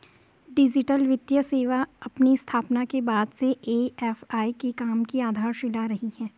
digital वित्तीय सेवा अपनी स्थापना के बाद से ए.एफ.आई के काम की आधारशिला रही है